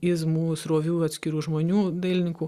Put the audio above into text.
izmų srovių atskirų žmonių dailininkų